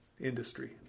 industry